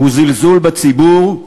הוא זלזול בציבור,